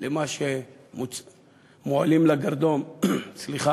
למה שמועלים לגרדום, סליחה,